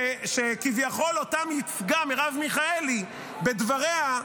שכביכול אותם ייצגה מרב מיכאלי בדבריה,